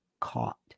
caught